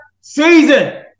season